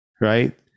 right